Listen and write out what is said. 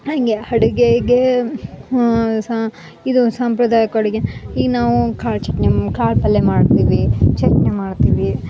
ಹಾಗೆ ಅಡುಗೆಗೆ ಹ್ಞೂ ಸಾ ಇದು ಸಾಂಪ್ರದಾಯಿಕ ಅಡುಗೆ ಈಗ ನಾವು ಕಾಳು ಚಟ್ನಿ ಮ್ ಕಾಳು ಪಲ್ಯ ಮಾಡ್ತೀವಿ ಚಟ್ನಿ ಮಾಡ್ತಿವಿ